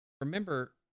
remember